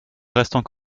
restent